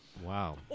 Wow